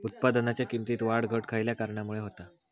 उत्पादनाच्या किमतीत वाढ घट खयल्या कारणामुळे होता?